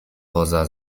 poza